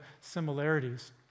similarities